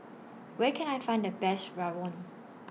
Where Can I Find The Best Rawon